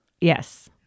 Yes